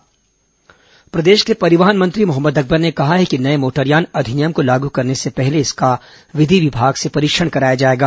मोटरयान अधिनियम बैठक प्रदेश के परिवहन मंत्री मोहम्मद अकबर ने कहा है कि नए मोटरयान अधिनियम को लागू करने से पहले इसका विधि विभाग से परीक्षण कराया जाएगा